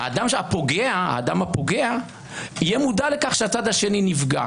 אדם הפוגע יהיה מודע לכך שהצד השני נפגע